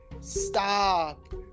Stop